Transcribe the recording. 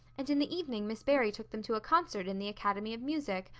and in the evening miss barry took them to a concert in the academy of music,